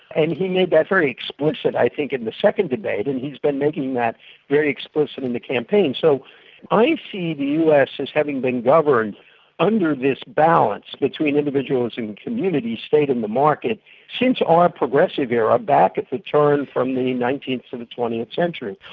and he made that very explicit, i think, in the second debate and he's been making that very explicit in the campaign. so i see the us as having been governed under this balance between individuals and community state in the market since our progressive era back at the turn from the nineteenth to the twentieth century.